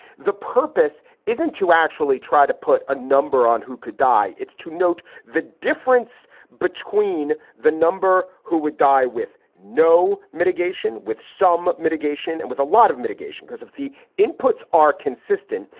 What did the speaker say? the purpose isn't to actually try to put a number on who could die. it's to note the difference between the number who would die with no mitigation, with some mitigation and with a lot of mitigation because of the inputs are consistent.